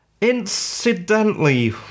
Incidentally